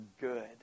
good